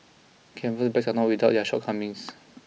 canvas bags are not without their shortcomings